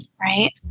Right